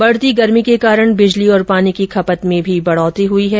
बढती गर्मी के कारण बिजली और पानी की खपत में भी बढोतरी हुई है